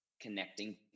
connecting